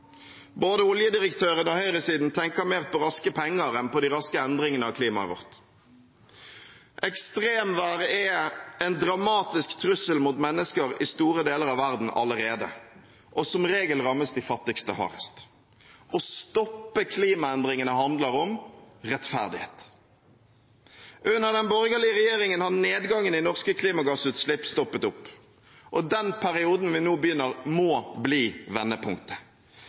Både oljedirektørene og høyresiden tenker mer på raske penger enn på de raske endringene i klimaet vårt. Ekstremvær er allerede en dramatisk trussel mot mennesker i store deler av verden, og som regel rammes de fattigste hardest. Å stoppe klimaendringene handler om rettferdighet. Under den borgerlige regjeringen har nedgangen i norske klimagassutslipp stoppet opp. Perioden vi nå begynner, må bli vendepunktet.